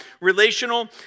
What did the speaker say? relational